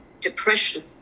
depression